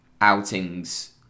outings